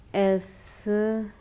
S